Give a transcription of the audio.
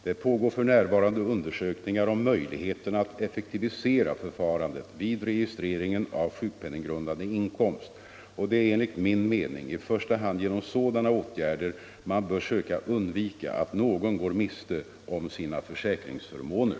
Det pågår f. n. undersökningar om möjligheterna att effektivisera förfarandet vid registreringen av sjukpenninggrundande inkomst, och det är enligt min mening i första hand genom sådana åtgärder man bör söka undvika att någon går miste om 13 sina försäkringsförmåner.